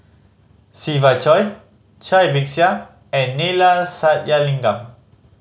Siva Choy Cai Bixia and Neila Sathyalingam